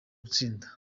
gutsinda